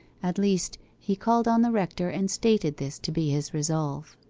at least, he called on the rector, and stated this to be his resolve.